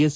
S